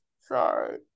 Sorry